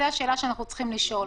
זו השאלה שאנחנו צריכים לשאול.